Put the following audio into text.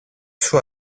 σου